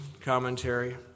commentary